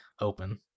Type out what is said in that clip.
open